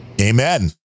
Amen